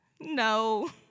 No